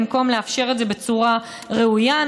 במקום לאפשר את זה בצורה ראויה,